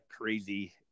crazy